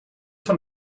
van